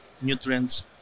nutrients